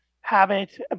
habit